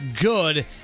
good